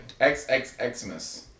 XXXmas